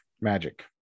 magic